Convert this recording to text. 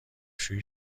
شویی